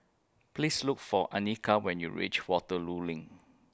Please Look For Annika when YOU REACH Waterloo LINK